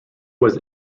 was